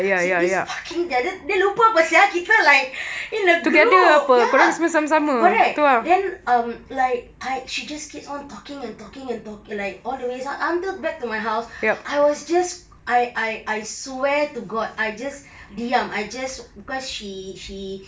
this fucking dia dia lupa [pe] [sial] kita like in a group ya correct then um like she just keeps on talking and talking and talking like all the way until back to my house I was just I I I I swear to god I just diam I just cause she she